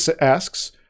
asks